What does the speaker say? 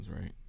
right